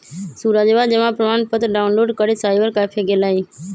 सूरजवा जमा प्रमाण पत्र डाउनलोड करे साइबर कैफे गैलय